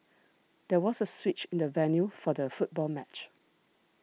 there was a switch in the venue for the football match